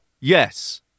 Yes